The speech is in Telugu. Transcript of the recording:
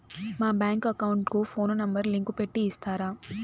మా బ్యాంకు అకౌంట్ కు ఫోను నెంబర్ లింకు పెట్టి ఇస్తారా?